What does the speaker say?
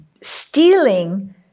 Stealing